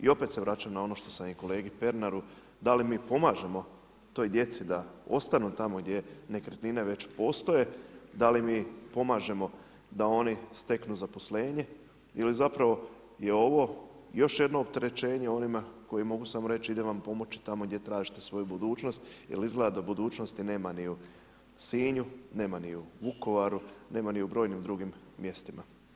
I opet se vraćam na ono što sam i kolegi Pernaru, da li mi pomažemo toj djeci da ostanu tamo gdje nekretnine već postoje, da li mi pomažemo da oni steknu zaposlenje ili zapravo je ovo još jedno opterećenje onima koji mogu samo reći idem vam pomoći tamo gdje tražite svoju budućnost jer izgleda da budućnosti nema ni u Sinju, nema ni u Vukovaru, nema ni u brojnim drugim mjestima.